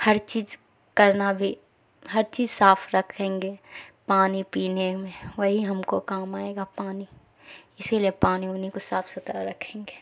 ہر چیز کرنا بھی ہر چیز صاف رکھیں گے پانی پینے میں وہی ہم کو کام آئے گا پانی اسی لیے پانی اونی کو صاف ستھرا رکھیں گے